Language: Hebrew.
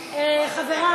חברי,